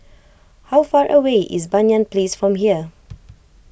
how far away is Banyan Place from here